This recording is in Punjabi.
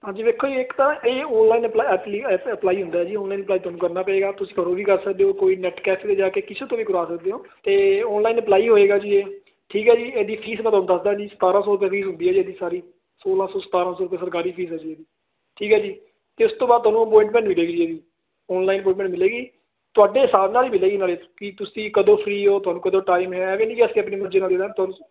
ਹਾਂਜੀ ਵੇਖੋ ਜੀ ਇੱਕ ਤਾਂ ਇਹ ਆਨਲਾਈਨ ਅਪਲਾਈ ਹੁੰਦਾ ਜੀ ਆਨਲਾਈਨ ਅਪਲਾਈ ਤੁਹਾਨੂੰ ਕਰਨਾ ਪਏਗਾ ਤੁਸੀਂ ਘਰੋ ਵੀ ਕਰ ਸਕਦੇ ਹੋ ਕੋਈ ਨੈਟ ਕੈਫੇ ਤੇ ਜਾ ਕੇ ਕਿਸੇ ਤੋਂ ਵੀ ਕਰਵਾ ਸਕਦੇ ਹੋ ਤੇ ਆਨਲਾਇਨ ਅਪਲਾਈ ਹੋਏਗਾ ਜੀ ਇਹ ਠੀਕ ਐ ਜੀ ਇਹਦੀ ਫੀਸ ਮੈਂ ਤੁਹਾਨੂੰ ਦੱਸਦਾ ਜੀ ਸਤਾਰਾਂ ਸੌ ਰੁਪਏ ਫੀਸ ਹੁੰਦੀ ਐ ਜੀ ਇਹਦੀ ਸਾਰੀ ਸੌਲਾਂ ਸੌ ਸਤਾਰਾਂ ਸੌ ਸਰਕਾਰੀ ਫੀਸ ਹੈ ਜੀ ਇਹਦੀ ਠੀਕ ਐ ਜੀ ਤੇ ਇਸ ਤੋਂ ਬਾਅਦ ਤੁਹਾਨੂੰ ਅਪੁਆਇੰਟਮੈਂਟ ਮਿਲੇਗੀ ਇਹਦੀ ਆਨਲਾਈਨ ਅਪੁਆਇੰਟਮੈਂਟ ਮਿਲੇਗੀ ਤੁਹਾਡੇ ਹਿਸਾਬ ਨਾਲ ਹੀ ਮਿਲੇਗੀ ਨਾਲੇ ਕਿ ਤੁਸੀਂ ਕਦੋਂ ਫਰੀ ਹੋ ਤੁਹਾਨੂੰ ਕਦੋਂ ਟਾਈਮ ਹੈ ਵੀ ਇਹ ਨਹੀਂ ਅਸੀਂ ਆਪਣੀ ਮਰਜੀ ਨਾਲ ਦੇ ਦਾਂਗੇ